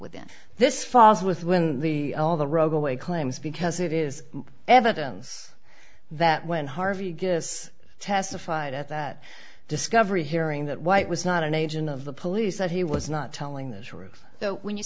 within this falls with when the all the rogue away claims because it is evidence that when harvey gets testified at that discovery hearing that white was not an agent of the police that he was not telling the truth when you